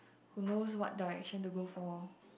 who knows what direction to go for